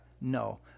No